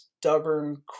stubborn